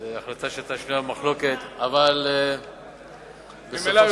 זו החלטה שהיתה שנויה במחלוקת, אבל בסופו של